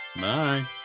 Bye